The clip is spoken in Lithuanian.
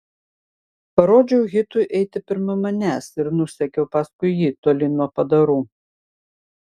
parodžiau hitui eiti pirma manęs ir nusekiau paskui jį tolyn nuo padarų